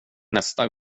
nästa